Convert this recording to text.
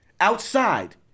outside